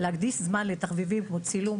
להקדיש זמן לתחביבים כמו צילום,